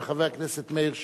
וגם חבר הכנסת מאיר שטרית,